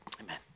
amen